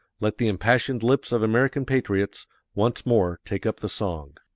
let the impassioned lips of american patriots once more take up the song